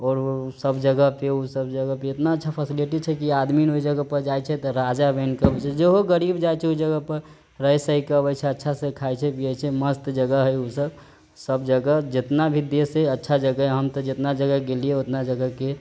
और सब जगह पे ऊसब जगह पे ईतना अच्छा फसलिटी छै की आदमी न ओइ जगह पऽ जाइ छै त राजा बैन कऽ अबै छै जेहो गरीब जाइ छै ओइ जगह पऽ रही सही कऽ अबै छै अच्छा से खाइ छै पियै छै मस्त जगह है ऊसब सब जगह जितना भी देश है अच्छा जगह है हम त जितना जगह गेलियै ओतना जगह के